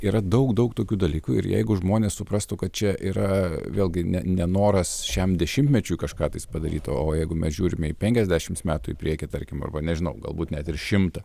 yra daug daug tokių dalykų ir jeigu žmonės suprastų kad čia yra vėlgi ne nenoras šiam dešimtmečiui kažką tais padaryt o jeigu mes žiūrime į penkiasdešimts metų į priekį tarkim arba nežinau galbūt net ir šimtą